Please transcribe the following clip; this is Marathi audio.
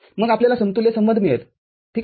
मग आपल्याला समतुल्य संबंध मिळेल ठीक आहे